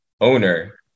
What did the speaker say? owner